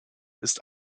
ist